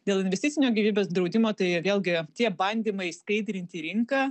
dėl investicinio gyvybės draudimo tai vėlgi tie bandymai skaidrinti rinką